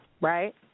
right